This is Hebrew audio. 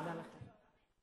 הצעת חוק דמי מחלה (היעדרות בשל מחלת הורה) (תיקון מס'